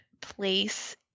place